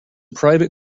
private